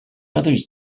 others